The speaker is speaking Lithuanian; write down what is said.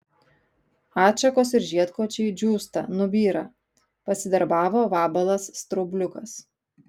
atšakos ir žiedkočiai džiūsta nubyra pasidarbavo vabalas straubliukas